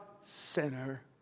sinner